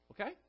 Okay